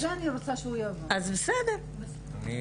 כן נהיה